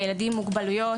לילדים עם מוגבלויות.